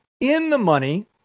in-the-money